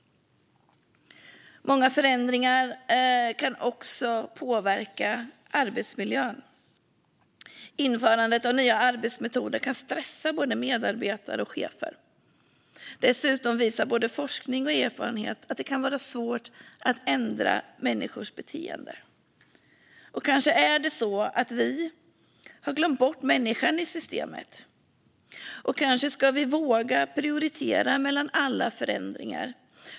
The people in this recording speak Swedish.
Många förändringar kan också påverka arbetsmiljön. Införandet av nya arbetsmetoder kan stressa både medarbetare och chefer. Dessutom visar forskning och erfarenhet att det kan vara svårt att ändra människors beteende. Kanske är det så att vi har glömt bort människan i systemet. Kanske måste vi våga prioritera mellan förändringarna?